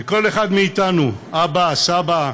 וכל אחד מאתנו, אבא, סבא,